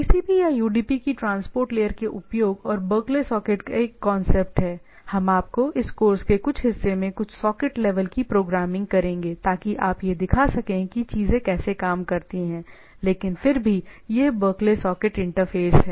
TCP या UDP की transport layer के उपयोग और बर्कले सॉकेट का एक कांसेप्ट है हम आपको इस कोर्स के कुछ हिस्से में कुछ सॉकेट लेवल की प्रोग्रामिंग करेंगे ताकि आप यह दिखा सकें कि चीजें कैसे काम करती हैं लेकिन फिर भी यह बर्कले सॉकेट इंटरफ़ेस है